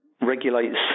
regulates